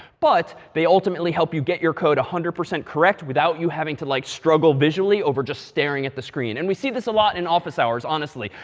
but they ultimately help you get your code one hundred percent correct without you having to like struggle visually over just staring at the screen. and we see this a lot in office hours, honestly.